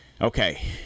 Okay